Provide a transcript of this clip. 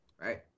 Right